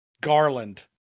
garland